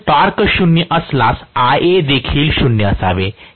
जर टॉर्क 0 असल्यास Ia देखील 0 असावे